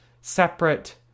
separate